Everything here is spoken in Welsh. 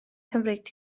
cymryd